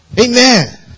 Amen